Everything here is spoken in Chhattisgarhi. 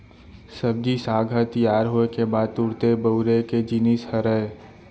सब्जी साग ह तियार होए के बाद तुरते बउरे के जिनिस हरय